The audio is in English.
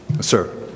Sir